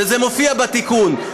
וזה מופיע בתיקון.